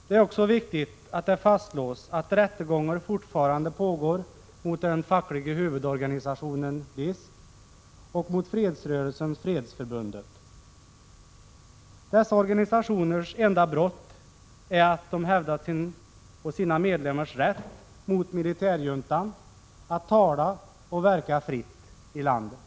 Det är också viktigt att det fastslås att rättegångar fortfarande pågår mot den fackliga huvudorganisationen DISK och mot fredsrörelsen Fredsförbundet. Dessa organisationers enda brott är att de hävdar sin och sina medlemmars rätt mot militärjuntan att tala och verka fritt i landet.